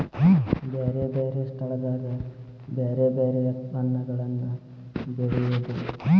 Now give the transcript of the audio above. ಬ್ಯಾರೆ ಬ್ಯಾರೆ ಸ್ಥಳದಾಗ ಬ್ಯಾರೆ ಬ್ಯಾರೆ ಯತ್ಪನ್ನಗಳನ್ನ ಬೆಳೆಯುದು